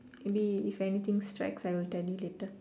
maybe if anything strikes I will tell you later